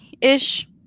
ish